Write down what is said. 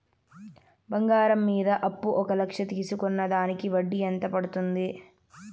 బంగారం మీద అప్పు ఒక లక్ష తీసుకున్న దానికి వడ్డీ ఎంత పడ్తుంది?